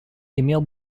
имел